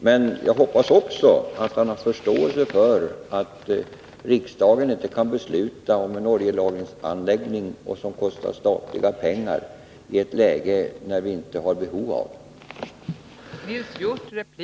Men jag hoppas att han har förståelse för att riksdagen inte kan besluta om en oljelagringsanläggning som kostar statliga pengar, i ett läge när vi inte har behov av den.